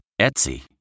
Etsy